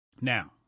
Now